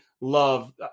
love